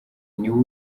niwo